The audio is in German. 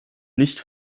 nicht